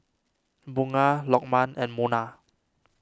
Bunga Lokman and Munah